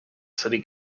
city